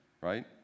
right